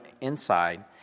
inside